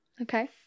Okay